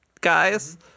guys